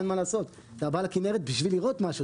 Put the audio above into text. אין מה לעשות אתה בא לכנרת בשביל לראות משהו,